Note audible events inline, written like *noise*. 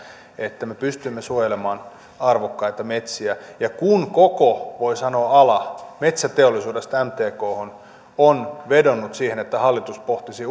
että me pystymme suojelemaan arvokkaita metsiä ja kun voi sanoa koko ala metsäteollisuudesta mtkhon on vedonnut siihen että hallitus pohtisi *unintelligible*